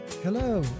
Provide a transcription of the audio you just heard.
Hello